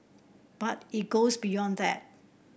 but it goes beyond that